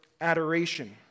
adoration